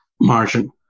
margin